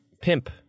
Pimp